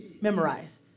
memorize